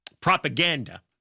propaganda